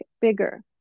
bigger